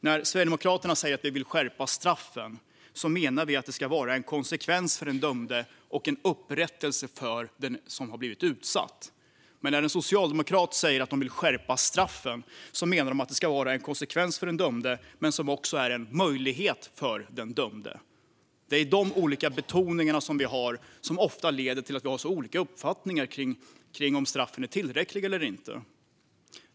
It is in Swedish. När vi sverigedemokrater säger att vi vill skärpa straffen menar vi att det ska vara en konsekvens för den dömde och en upprättelse för den som har blivit utsatt. Men när en socialdemokrat säger att man vill skärpa straffen menar man att det ska vara en konsekvens för den dömde men också en möjlighet för den dömde. Det är dessa olika betoningar som vi har och som ofta leder till att vi har så olika uppfattningar om straffen är tillräckliga eller inte.